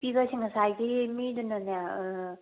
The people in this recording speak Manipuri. ꯄꯤꯕ ꯍꯥꯏꯔꯤꯁꯦ ꯉꯁꯥꯏꯒꯤ ꯃꯤꯗꯨꯅꯅꯦ